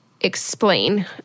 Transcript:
explain